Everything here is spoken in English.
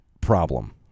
problem